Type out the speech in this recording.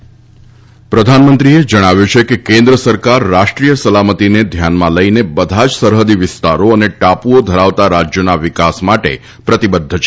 ત પ્રધાનમંત્રીએ જણાવ્યું છે કે કેન્ સરકાર રાષ્ટ્રી ુચ્સલામતીને ધ્યાનમાં લઈને બધા જ સરહદી વિસ્તારો અને ટાપુઓ ધરાવતા રાજ્યોના વિકાસ માટે પ્રતિબધ્ધ છે